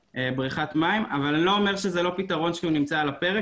בריכת מים אבל אני לא אומר שזה לא פתרון שנמצא על הפרק,